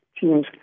teams